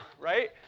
Right